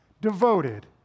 devoted